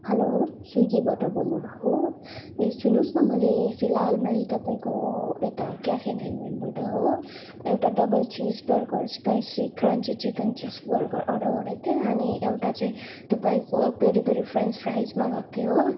hello स्विगीबाट बोल्नुभएको हो ए सुन्नुहोस् न मैले फिलहालमै तपाईँको यता क्याफे नाइन नाइनबाट हो एउटा double cheese burger spicy crunchy chicken cheese burger order गरेको थिएँ अनि एउटा चाहिँ तपाईँको पेरी पेरी फ्रेन्च फ्राइस मगाएको थिएँ हो